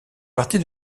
partie